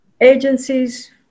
agencies